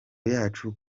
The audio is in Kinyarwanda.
yacu